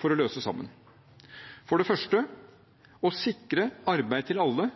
for å løse sammen? For det første: Å sikre arbeid til alle